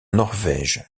norvège